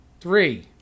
Three